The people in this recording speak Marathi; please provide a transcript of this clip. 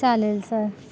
चालेल सर